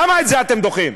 למה את זה אתם דוחים?